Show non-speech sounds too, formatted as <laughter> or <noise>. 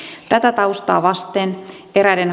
tätä taustaa vasten eräiden <unintelligible>